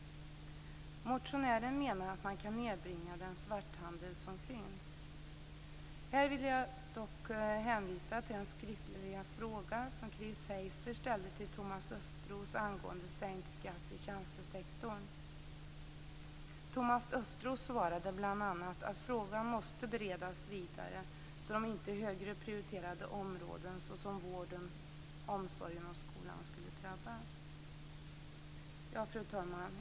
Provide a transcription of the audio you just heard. Motionärerna menar att det går att nedbringa den svarthandel som finns. Här vill jag hänvisa till den skriftliga fråga som Chris Heister ställde till Thomas Östros angående sänkt skatt i tjäntesektorn. Thomas Östros svarade bl.a. att frågan måste beredas vidare, så att inte högre prioriterade områden såsom vården, omsorgen och skolan skulle drabbas. Fru talman!